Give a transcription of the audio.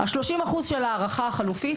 30% של ההערכה החלופית